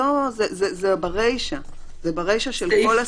טובתו זה ברישא של כל הסעיף.